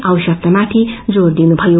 आवश्यकता माथि जोर दिनुथयो